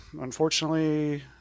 unfortunately